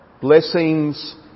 blessings